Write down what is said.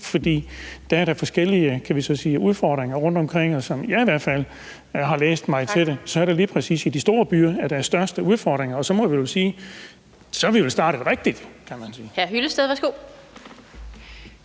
kan vi så sige, udfordringer rundtomkring, og som jeg i hvert fald har læst mig til det, er det lige præcis i de store byer, der er de største udfordringer, og så må vi jo sige, at vi er startet rigtigt. Kl. 16:35 Den fg.